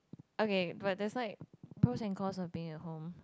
okay but there's like pros and cons of being at home